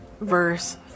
verse